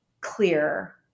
clear